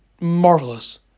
marvelous